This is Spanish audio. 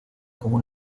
como